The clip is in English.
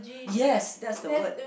yes that's the word